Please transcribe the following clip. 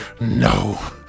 No